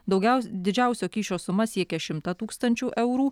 daugiaus didžiausio kyšio suma siekia šimtą tūkstančių eurų